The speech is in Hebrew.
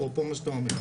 אפרופו מה שאתה אומר.